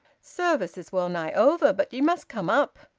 service is well-nigh over, but ye must come up.